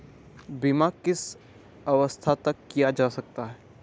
बीमा किस अवस्था तक किया जा सकता है?